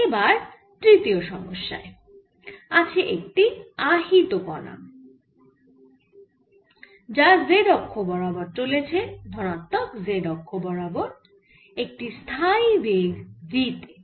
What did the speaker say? ever তৃতীয় সমস্যায় আছে একটি আহিত কণা যা z অক্ষ বরাবর চলেছে ধনাত্মক z অক্ষ বরাবর একটি স্থায়ী বেগ V তে